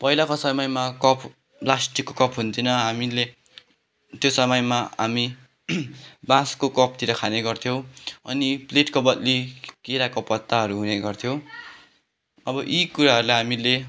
पहिलाको समयमा कफ् प्लास्टिकको कप हुन्थेन हामीले त्यो समयमा हामी बाँसको कपतिर खाने गर्थ्यौँ अनि प्लेटको बदली केराको पत्ताहरू हुने गर्थ्यौ अब यी कुराहरूलाई हामीले